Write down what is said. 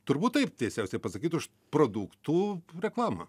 turbūt taip tiesiausia pasakyti už produktų reklamą